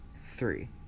three